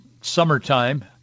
summertime